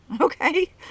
Okay